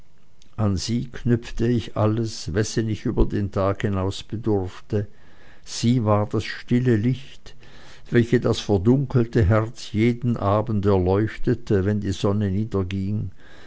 an sie knüpfte ich alles wessen ich über den tag hinaus bedurfte und sie war das stille licht welches das verdunkelte herz jeden abend erleuchtete wenn die sonne